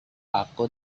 aku